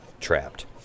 trapped